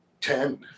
Ten